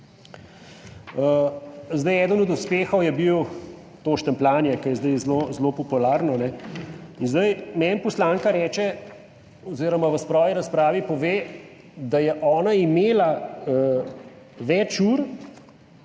časa. Eden od uspehov je bilo to štempljanje, ki je zdaj zelo popularno in meni poslanka reče oziroma v svoji razpravi pove, da je ona imela več ur,